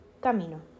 camino